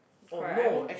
correct I mean